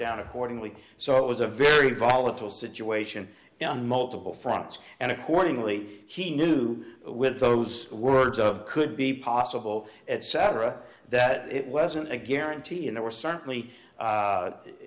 down accordingly so it was a very volatile situation now on multiple fronts and accordingly he knew with those words of could be possible etc that it wasn't a guarantee in there were certainly